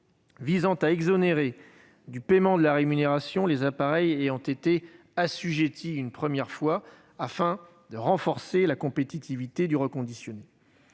visant à exonérer du paiement de la rémunération les appareils y ayant été assujettis une première fois, afin de renforcer la compétitivité des équipements